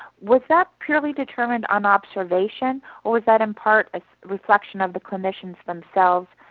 was that purely determined on observation? or was that in part a reduction of the clinicians themselves,